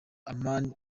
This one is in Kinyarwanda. amani